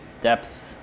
depth